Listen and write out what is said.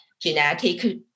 genetic